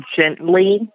gently